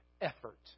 effort